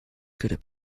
could